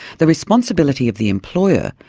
the responsibility of the employer,